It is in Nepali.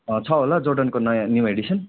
छ होला जोर्डनको नयाँ न्यु एडिसन